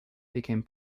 became